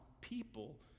people